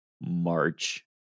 March